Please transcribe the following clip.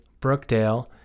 Brookdale